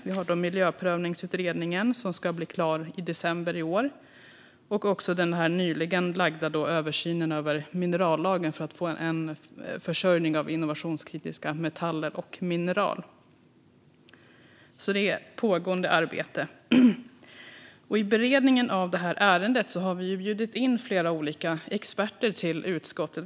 Vi har hört om Miljöprövningsutredningen, som ska bli klar i december i år, och även den nyligen tillsatta översynen över minerallagen för att få en försörjning av innovationskritiska metaller och mineral. Det är alltså ett pågående arbete. I beredningen av det här ärendet har vi bjudit in flera olika experter till utskottet.